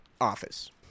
office